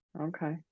Okay